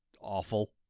awful